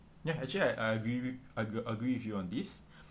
ya actually I I agree with I ag~ agree with you on this